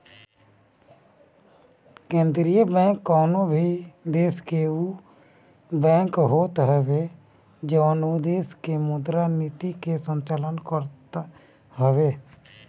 केंद्रीय बैंक कवनो भी देस के उ बैंक होत हवे जवन उ देस के मुद्रा नीति के संचालन करत हवे